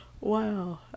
Wow